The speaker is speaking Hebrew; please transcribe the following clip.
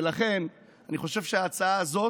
ולכן, אני חושב שההצעה הזו